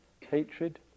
Hatred